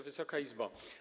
Wysoka Izbo!